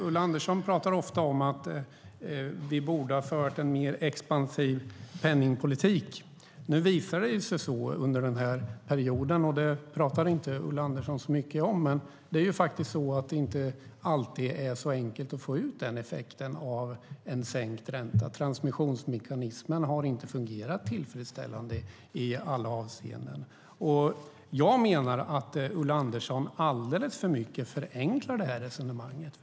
Ulla Andersson pratar ofta om att vi borde ha fört en mer expansiv penningpolitik. Nu visar det sig under den här perioden - det pratade inte Ulla Andersson så mycket om - att det faktiskt inte alltid är så enkelt att få ut den effekten av en sänkt ränta. Transmissionsmekanismen har inte fungerat tillfredsställande i alla avseenden. Jag menar att Ulla Andersson förenklar det här resonemanget alldeles för mycket.